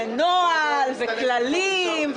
ונוהל וכללים,